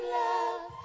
love